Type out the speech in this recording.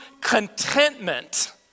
contentment